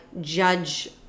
judge